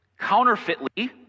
counterfeitly